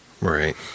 Right